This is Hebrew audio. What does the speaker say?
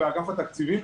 באגף התקציבים,